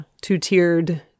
two-tiered